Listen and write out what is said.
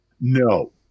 No